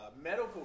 medical